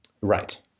Right